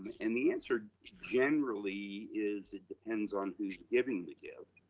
and the answer generally is it depends on who's giving the gift.